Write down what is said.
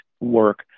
work